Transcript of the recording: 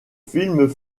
film